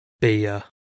beer